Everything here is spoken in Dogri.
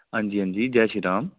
हांजी हांजी जै श्री राम